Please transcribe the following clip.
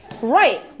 right